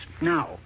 Now